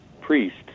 priest